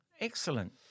Excellent